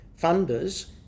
funders